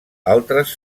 altres